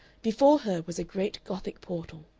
before her was a great gothic portal.